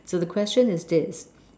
so the question is this